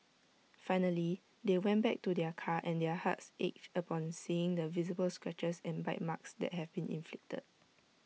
finally they went back to their car and their hearts ached upon seeing the visible scratches and bite marks that had been inflicted